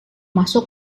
masuk